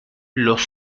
los